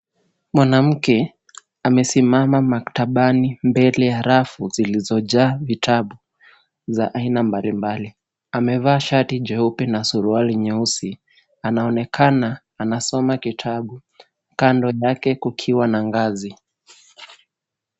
Mwanamke amesimama maktabani mbele ya rafu zilizojaa vitabu za aina mbalimbali. Amevaa shati jeupe na suruali nyeusi. Anaonekana anasoma kitabu. Kando yake kukiwa na ngazi.